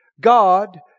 God